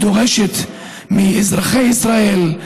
היא דורשת מאזרחי ישראל,